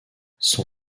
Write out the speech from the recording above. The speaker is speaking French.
son